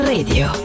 Radio